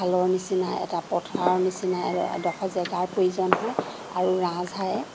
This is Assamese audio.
খালৰ নিচিনা এটা পথাৰৰ নিচিনাই এডখৰ জেগাৰ প্ৰয়োজন হয় আৰু ৰাজহাঁহে